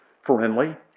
Friendly